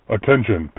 Attention